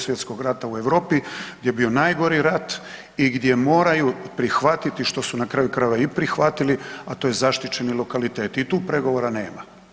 Svjetskog rata u Europi gdje je bio najgori rat i gdje moraju prihvatiti, što su na kraju krajeva i prihvatili, a to je zaštićeni lokalitet i tu pregovora nema.